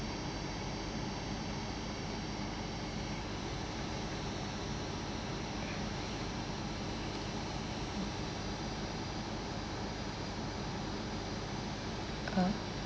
uh